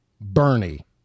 Bernie